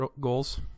goals